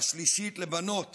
והשלישית של בנות